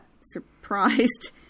surprised